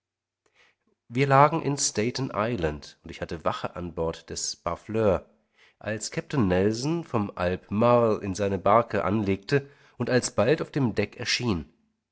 wir lagen in staten island und ich hatte wache am bord des barfleur als kapitän nelson vom albe marle in seiner barke anlegte und alsbald auf dem deck erschien